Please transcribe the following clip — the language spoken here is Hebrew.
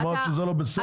אמרת שזה לא בסדר?